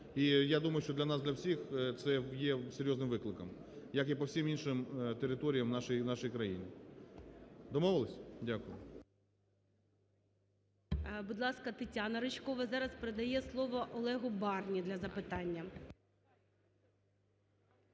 І я думаю, що для нас для всіх це є серйозним викликом, як і по всім іншим територіям нашої країни. Домовились? Дякую.